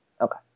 Okay